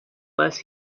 less